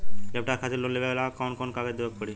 Laptop खातिर loan लेवे ला कौन कौन कागज देवे के पड़ी?